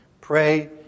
pray